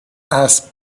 اسب